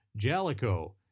Jalico